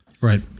right